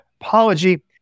apology